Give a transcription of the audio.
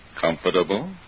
Comfortable